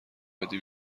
بدی